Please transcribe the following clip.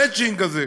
המצ'ינג הזה.